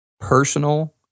personal